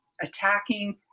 attacking